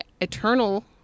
eternal